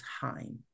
time